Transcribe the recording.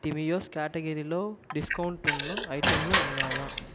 TVS క్యాటగిరిలో discount ఉన్న ఐటంలు ఉన్నాయా